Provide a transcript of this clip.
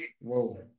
Whoa